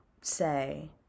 say